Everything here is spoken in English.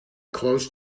close